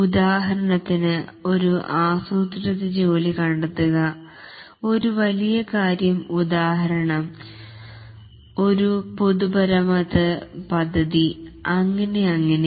ഉദാഹരണത്തിനു ഒരു ആസൂത്രിത ജോലി കണ്ടെത്തുക ഒരുവലിയ കാര്യം ഉദാഹരണം ഒരു പൊതുമരാമത്തു പദ്ധതി അങ്ങിനെ അങ്ങിനെ